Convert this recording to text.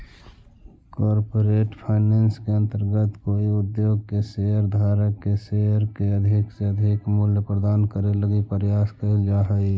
corporate finance के अंतर्गत कोई उद्योग के शेयर धारक के शेयर के अधिक से अधिक मूल्य प्रदान करे लगी प्रयास कैल जा हइ